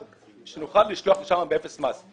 שנוכל לשלוח לשם באפס מס.